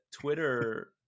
Twitter